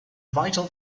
vital